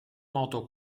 moto